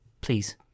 please